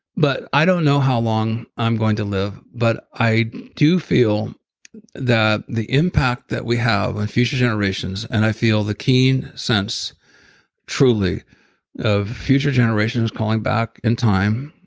but i don't know how long i'm going to live, but i do feel that the impact that we have on future generations, and i feel the keen sense truly of future generations is calling back in time,